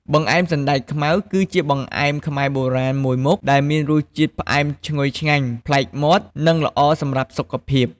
បង្អែមសណ្ដែកខ្មៅ គឺជាបង្អែមខ្មែរបុរាណមួយមុខ ដែលមានរសជាតិផ្អែមឈ្ងុយឆ្ងាញ់ប្លែកមាត់ និងល្អសម្រាប់សុខភាព។